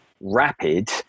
rapid